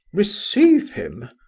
receive him!